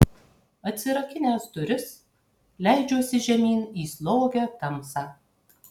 atsirakinęs duris leidžiuosi žemyn į slogią tamsą